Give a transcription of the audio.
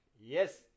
yes